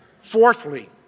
Fourthly